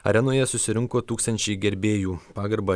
arenoje susirinko tūkstančiai gerbėjų pagarbą